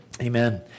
Amen